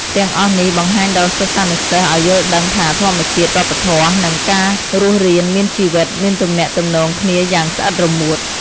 ទាំងអស់នេះ បង្ហាញដល់សិស្សានុសិស្សឱ្យយល់ដឹងថា ធម្មជាតិ វប្បធម៌ និង ការរស់រានមានជីវិតមានទំនាក់ទំនងគ្នាយ៉ាងស្អិតរមួត។